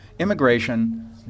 immigration